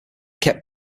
kept